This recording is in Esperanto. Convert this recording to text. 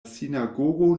sinagogo